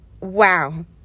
wow